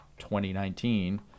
2019